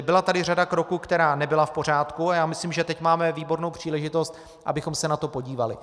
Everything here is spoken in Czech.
Byla tady řada kroků, která nebyla v pořádku, a já myslím, že teď máme výbornou příležitost, abychom se na to podívali.